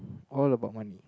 all about money